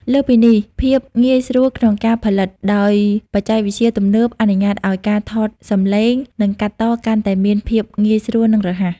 លើសពីនេះ ភាពងាយស្រួលក្នុងការផលិត ដោយបច្ចេកវិទ្យាទំនើបអនុញ្ញាតឲ្យការថតសំឡេង និងកាត់តកាន់តែមានភាពងាយស្រួល និងរហ័ស។